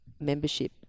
membership